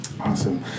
Awesome